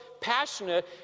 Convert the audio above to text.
passionate